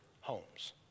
homes